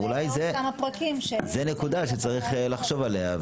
אולי זו נקודה שצריך לחשוב עליה,